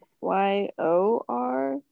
Y-O-R